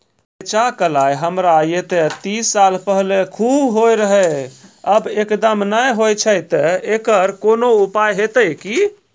रेचा, कलाय हमरा येते तीस साल पहले खूब होय रहें, अब एकदम नैय होय छैय तऽ एकरऽ कोनो उपाय हेते कि?